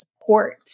support